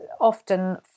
often